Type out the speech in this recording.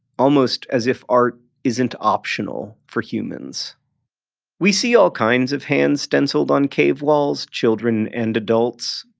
almost as if art isn't optional for humans we see all kinds of hands stenciled on cave walls, children and adults,